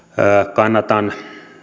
kannatan